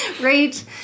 Right